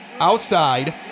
outside